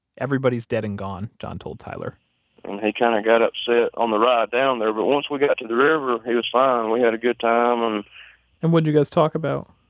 everybody's dead and gone, john told tyler and he kind of got upset on the ride down there. but once we got to the river, he was fine. we had a good time um and what did you guys talk about?